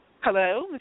Hello